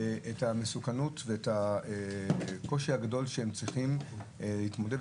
המסוכנות ואת הקושי הגדול שהם צריכים להתמודד,